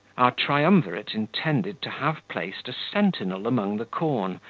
our triumvirate intended to have placed a sentinel among the corn,